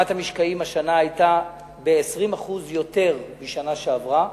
כמות המשקעים היתה השנה גבוהה ב-20% מבשנה שעברה,